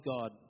God